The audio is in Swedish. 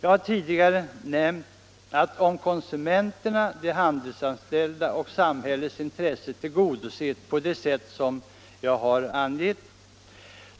Jag har tidigare nämnt att om konsumenternas, de handelsanställdas och samhällets intressen tillgodoses på det sätt som vi angett i